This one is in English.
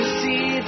see